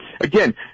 again